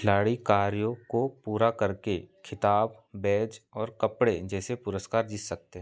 खिलाड़ी कार्यों को पूरा करके ख़िताब बैज और कपड़े जैसे पुरस्कार जीत सकते हैं